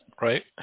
Right